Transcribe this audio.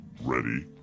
ready